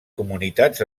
comunitats